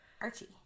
Archie